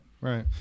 Right